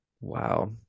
Wow